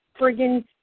friggin